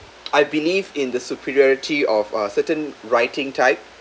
I believe in the superiority of uh certain writing type